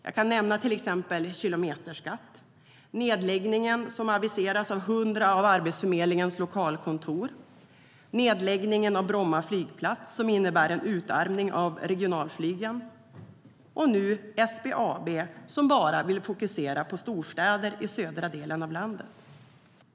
Jag kan nämna kilometerskatt, nedläggningen som aviseras av 100 av Arbetsförmedlingens lokalkontor, nedläggningen av Bromma flygplats som innebär en utarmning av regionalflyget samt att SBAB nu vill fokusera enbart på storstäder i södra delen av landet.